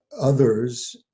others